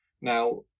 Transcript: Now